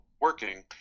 working